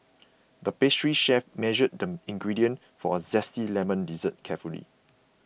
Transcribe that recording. the pastry chef measured the ingredients for a Zesty Lemon Dessert carefully